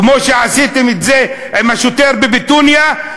כמו שעשיתם את זה עם השוטר בביתוניא.